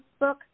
Facebook